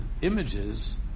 images